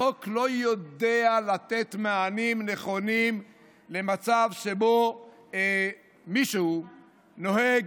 החוק לא יודע לתת מענים נכונים למצב שבו מישהו נוהג,